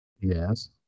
Yes